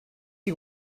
you